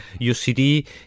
UCD